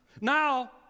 Now